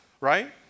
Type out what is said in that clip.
right